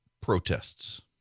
protests